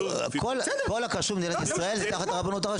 כל הכשרות במדינת ישראל זה תחת הרבנות הראשית.